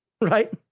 Right